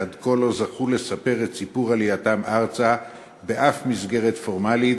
שעד כה לא זכו לספר את סיפור עלייתם ארצה בשום מסגרת פורמלית,